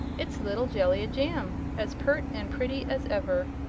it's little jellia jamb as pert and pretty as ever!